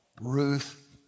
Ruth